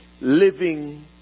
living